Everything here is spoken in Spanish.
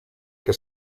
que